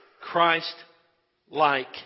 Christ-like